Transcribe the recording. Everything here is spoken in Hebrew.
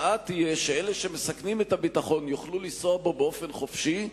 אלה שמסכנים את הביטחון יוכלו לנסוע בו באופן חופשי,